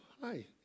hi